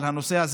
אבל הנושא הזה,